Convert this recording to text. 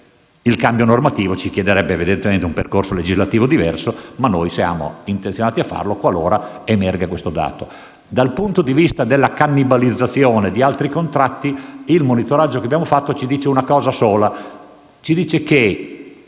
il cambio normativo ci chiederebbe evidentemente un percorso legislativo diverso, ma noi siamo intenzionati a farlo qualora emerga questo dato. Dal punto di vista della cannibalizzazione di altri contratti, il monitoraggio che abbiamo fatto ci dice una cosa sola, ovvero che